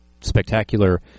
spectacular